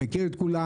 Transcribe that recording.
אני מכיר את כולן.